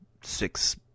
six